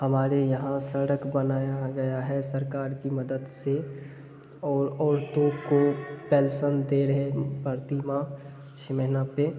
हमारे यहाँ सड़क बनाया गया है सरकार की मदद से और औरतों को पेंसन दे रहें प्रति माह छह महीने पर